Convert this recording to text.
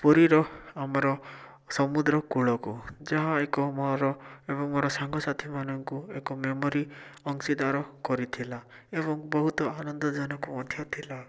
ପୁରୀର ଆମର ସମୁଦ୍ର କୂଳକୁ ଯାହା ଏକ ମୋର ଏବଂ ମୋର ସାଙ୍ଗସାଥି ମାନଙ୍କୁ ଏକ ମେମୋରୀ ଅଂଶୀଦାର କରିଥିଲା ଏବଂ ବହୁତ ଆନନ୍ଦଜନକ ମଧ୍ୟ ଥିଲା